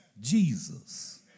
Jesus